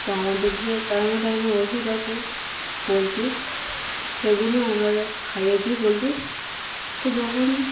তো আমাদের যে টাইমে টাইমে ওষুধ আছে পোলট্রির সেগুলো আমরা খাইয়ে দিই পোলট্রির তো যখন